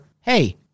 hey